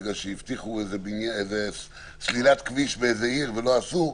בגלל שהבטיחו איזה סלילת כביש באיזו עיר ולא עשו,